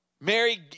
Mary